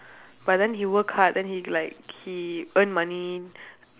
but then he work hard then he like he earn money